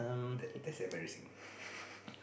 that that's embarrassing